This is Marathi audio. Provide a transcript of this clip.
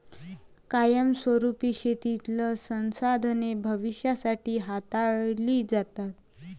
कायमस्वरुपी शेतीतील संसाधने भविष्यासाठी हाताळली जातात